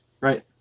right